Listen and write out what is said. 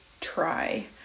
try